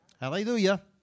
Hallelujah